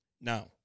Now